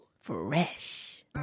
Fresh